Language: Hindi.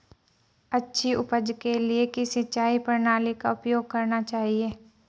अच्छी उपज के लिए किस सिंचाई प्रणाली का उपयोग करना चाहिए?